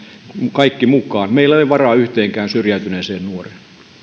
kaikki mukaan meillä ei ole varaa yhteenkään syrjäytyneeseen nuoreen